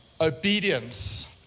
obedience